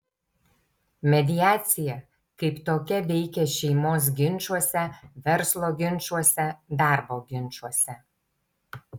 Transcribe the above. mediacija kaip tokia veikia šeimos ginčuose verslo ginčuose darbo ginčuose